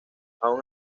aun